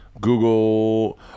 Google